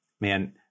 man